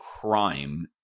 crime